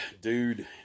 dude